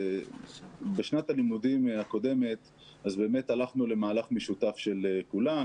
בשנת הלימודים הקודמת באמת הלכנו למהלך משותף של כולם,